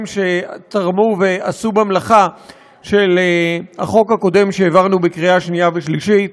שתרמו ועשו במלאכה של החוק הקודם שהעברנו בקריאה שנייה ושלישית.